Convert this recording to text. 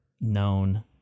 known